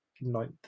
ninth